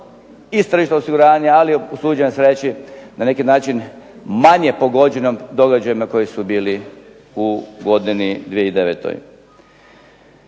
i s tržišta osiguranja, ali usuđujem se reći na neki način manje pogođenom događajima koji su bili u godini 2009-oj.